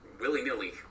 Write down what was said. willy-nilly